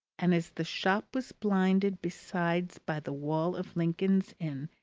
and as the shop was blinded besides by the wall of lincoln's inn,